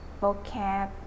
vocab